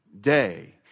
day